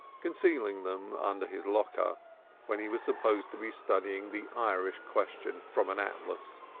concealing them under his locker when he was supposed to be studying the irish question from an atlas,